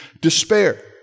despair